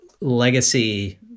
legacy